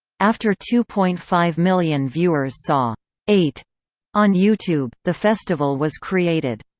after two point five million viewers saw eight on youtube, the festival was created.